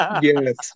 Yes